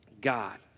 God